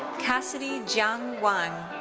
cassidy jiang wang.